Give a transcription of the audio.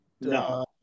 No